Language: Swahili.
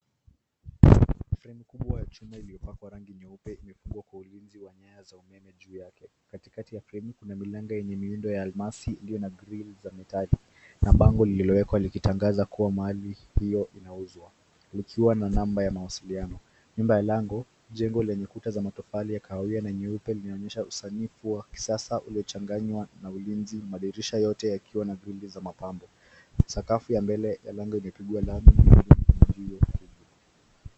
Fremu kubwa ya chuma ilio pakwa rangi nyeupe ime fungwa kwa ulinzi ya nyaya za umeme juu yake. Katikati ya fremu kuna milango yenye miundo ya almasi ulio na grill za mitaji na bango lilo wekwa likitangaza kuwa ni mahali hiyo inauzwa likiwa na namba ya mawasiliano. Nyumba ya lango jengo lenye kuta za matofali ya kahawia na nyuepe lina onyesha kisanifu wa kisasa ulichanganywa na ulinzi, madirisha yote yakiwa na grili za mapambo. Sakafu ya mbele ya lango yamepigwa lami.